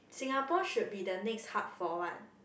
Singapore should be the next hub for what